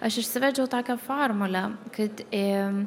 aš išsivedžiau tokią formulę kad i